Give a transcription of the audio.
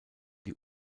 die